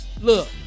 look